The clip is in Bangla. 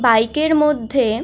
বাইকের মধ্যে